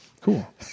Cool